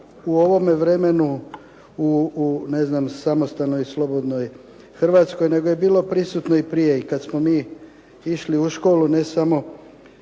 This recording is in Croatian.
u ovome vremenu, u ne znam samostalnoj slobodnoj Hrvatskoj, nego je bilo prisutno i prije i kad smo mi išli u školu, ne samo